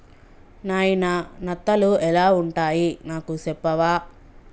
నాయిన నత్తలు ఎలా వుంటాయి నాకు సెప్పవా